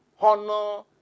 honor